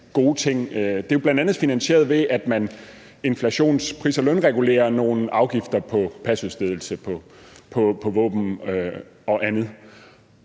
gode ting. Det er jo bl.a. finansieret, ved at man inflations-, pris- og lønregulerer nogle afgifter på pasudstedelse, på våben og andet.